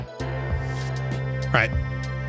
Right